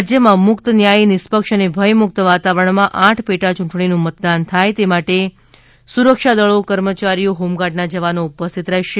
રાજ્યમાં મુક્ત ન્યાયી નિષ્પક્ષ અને ભયમુક્ત વાતાવરણમાં આઠ પેટાચૂંટણીનું મતદાન થાય તે માટે સુરક્ષા દળો કર્મચારીઓ હોમગાર્ડના જવાનો ઉપસ્થિત રહેશે